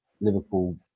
Liverpool